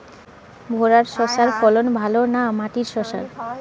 ভেরার শশার ফলন ভালো না মাটির শশার?